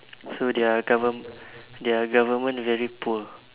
so their govern~ their government very poor